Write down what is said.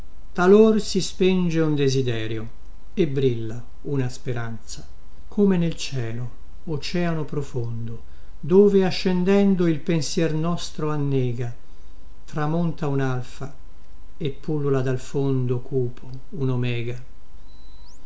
talor si spenge un desiderio e brilla una speranza come nel cielo oceano profondo dove ascendendo il pensier nostro annega tramonta unalfa e pullula dal fondo cupo unomega